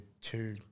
two